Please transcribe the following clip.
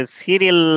serial